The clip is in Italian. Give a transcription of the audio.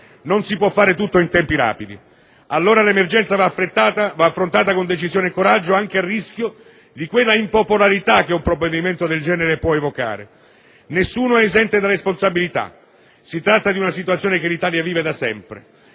Non si può far tutto in tempi rapidi. Allora l'emergenza va affrontata con decisione e coraggio, anche a rischio di quella impopolarità che un provvedimento del genere può evocare. Nessuno è esente da responsabilità. Si tratta di una situazione che l'Italia vive da sempre.